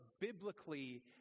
biblically